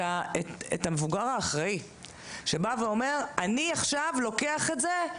את המבוגר האחראי שבא ואומר: אני עכשיו לוקח את זה,